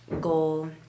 goal